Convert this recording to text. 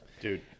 Dude